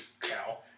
cow